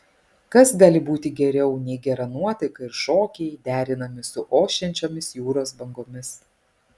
kas gali būti geriau nei gera nuotaika ir šokiai derinami su ošiančiomis jūros bangomis